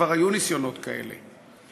שכבר היו ניסיונות כאלה,